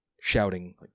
shouting